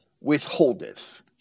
withholdeth